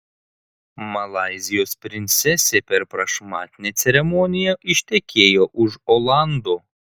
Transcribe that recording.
malaizijos princesė per prašmatnią ceremoniją ištekėjo už olando